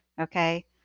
Okay